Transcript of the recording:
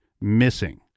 missing